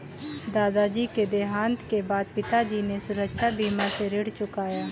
दादाजी के देहांत के बाद पिताजी ने सुरक्षा बीमा से ऋण चुकाया